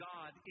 God